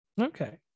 Okay